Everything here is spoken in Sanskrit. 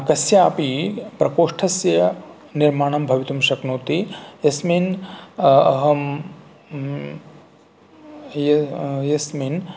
कस्यापि प्रकोष्ठस्य निर्माणं भवितुं शक्नोति यस्मिन् अहं यस्मिन्